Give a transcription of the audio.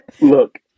look